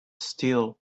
still